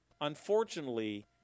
unfortunately